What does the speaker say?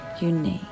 unique